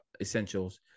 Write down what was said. essentials